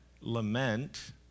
lament